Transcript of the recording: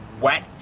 wet